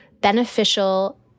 beneficial